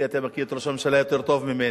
כי אתה מכיר את ראש הממשלה יותר טוב ממני.